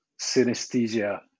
synesthesia